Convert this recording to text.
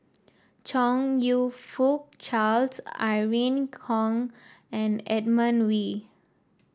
Chong You Fook Charles Irene Khong and Edmund Wee